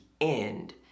end